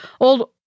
old